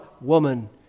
woman